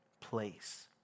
place